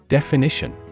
Definition